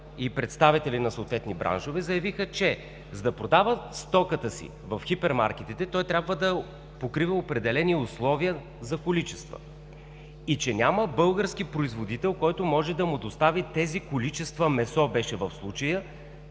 и представители на съответни браншове заявиха, че за да продават стоката си в хипермаркетите, той трябва да покрива определени условия за количества и че няма български производител, който може да му достави тези количества месо – беше в случая,